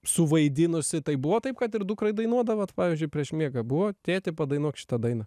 suvaidinusi tai buvo taip kad ir dukrai dainuodavot pavyzdžiui prieš miegą buvo tėti padainuok šitą dainą